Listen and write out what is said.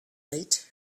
right